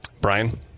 Brian